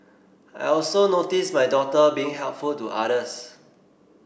I also notice my daughter being helpful to others